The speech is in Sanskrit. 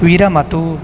विरमतु